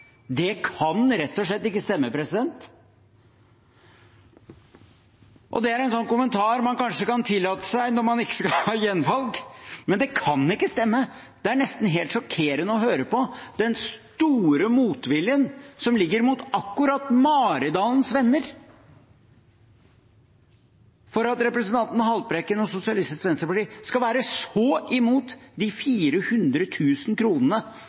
Det kan rett og slett ikke stemme. Det er en sånn kommentar man kanskje kan tillate seg når man ikke skal ha gjenvalg. Men det kan ikke stemme, det er nesten helt sjokkerende å høre på den store motviljen mot akkurat Maridalens Venner. At representanten Haltbrekken og Sosialistisk Venstreparti skal være så mot de 400 000 kronene